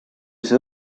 see